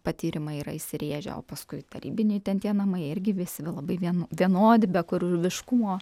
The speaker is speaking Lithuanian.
patyrimą yra įsirėžę o paskui tarybiniai ten tie namai irgi visi labai vienu vienodi be kūrybiškumo